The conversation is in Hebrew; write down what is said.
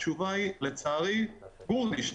התשובה היא, לצערי גורנישט.